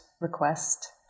request